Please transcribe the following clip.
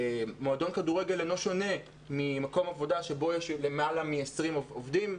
מועדון כדורגל אינו שונה ממקום עבודה שבו למעלה מ-20 עובדים.